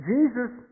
Jesus